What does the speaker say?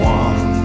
one